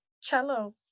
cello